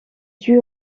tue